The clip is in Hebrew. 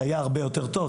זה היה הרבה יותר טוב.